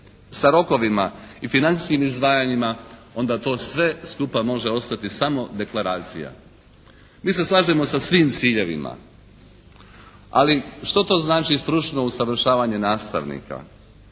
sa rokovima i financijskim izdvajanjima onda to sve skupa može ostati samo deklaracija. Mi se slažem sa svim ciljevima, ali što to znači stručno usavršavanje nastavnika?